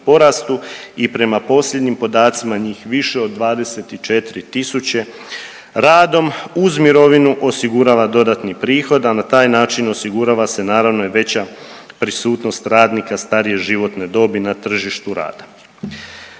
i prema posljednjim podacima njih više od 24000 radom uz mirovinu osigurava dodatni prihod, a na taj način osigurava se naravno i veća prisutnost radnika starije životne dobi na tržištu rada.